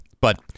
But-